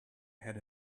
had